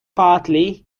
partly